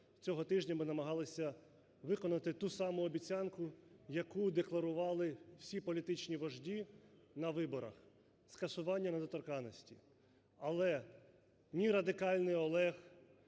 цього тижня ми намагалися виконати ту саму обіцянку, яку декларували всі політичні вожді на виборах – скасування недоторканності. Але ні радикальний Олег,